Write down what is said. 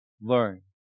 learn